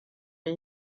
wir